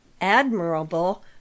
admirable